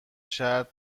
شرط